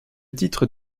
titre